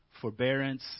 forbearance